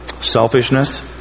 Selfishness